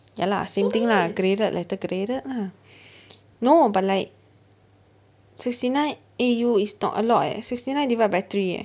ya lah same thing lah graded letter graded lah no but like sixty nine A_U is not a lot eh sixty nine divide by three eh